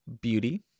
Beauty